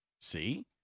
See